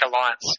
alliance